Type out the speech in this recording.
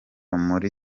muri